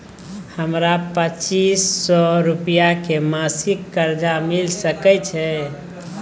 हमरा पच्चीस सौ रुपिया के मासिक कर्जा मिल सकै छै?